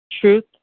Truth